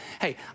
hey